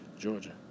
Georgia